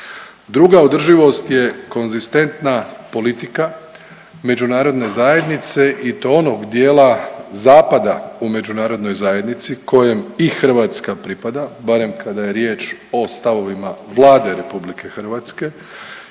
Druga održivost je konzistentna politika međunarodne zajednice i to onog dijela Zapada u međunarodnoj zajednici kojem i Hrvatska pripada, barem kada je riječ o stavovima Vlade RH i velike